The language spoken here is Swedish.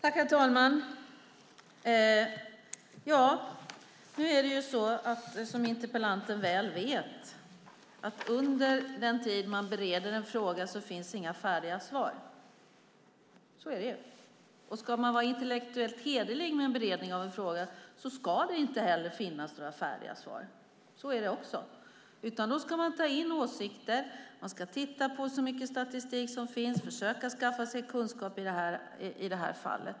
Herr talman! Som interpellanten väl vet finns det inga färdiga svar under den tid man bereder en fråga. Så är det, och ska man vara intellektuellt hederlig med beredningen av en fråga ska det inte heller finnas några färdiga svar. Under beredningen ska man ta in åsikter, titta på den statistik som finns och försöka skaffa sig kunskap i frågan.